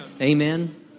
Amen